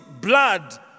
blood